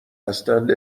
هستند